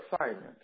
assignment